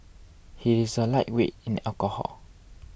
he is a lightweight in alcohol